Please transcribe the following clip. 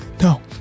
no